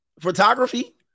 Photography